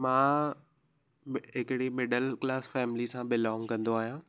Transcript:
मां ब हिकिड़ी मिडल क्लास फैमिली सां बिलोंग कंदो आहियां